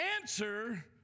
answer